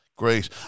Great